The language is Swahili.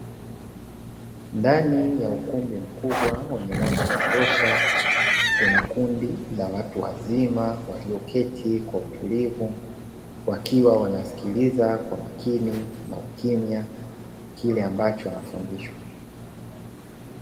Ndani ya ukumbi mkubwa wenye mwanga wa kutosha, kuna kundi la watu wazima walioketi kwa utulivu wakiwa wanasikiliza kwa makini na ukimya kile ambacho wanafundishwa.